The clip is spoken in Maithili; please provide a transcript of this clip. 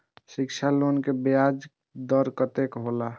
शिक्षा लोन के ब्याज दर कतेक हौला?